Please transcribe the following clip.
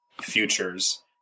futures